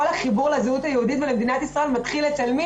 כל החיבור לזהות היהודית ולמדינת ישראל מתחיל אצל מי?